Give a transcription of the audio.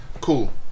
cool